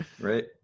Right